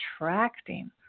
attracting